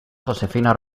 josefina